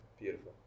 Beautiful